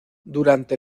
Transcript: durante